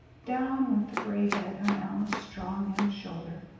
down went the gray head on alma's strong young shoulder.